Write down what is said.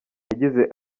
yagize